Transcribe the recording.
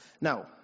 Now